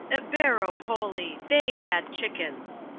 ebbero polli, they had chickens!